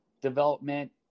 development